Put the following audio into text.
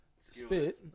spit